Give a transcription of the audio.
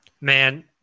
Man